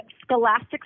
Scholastic